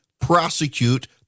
prosecute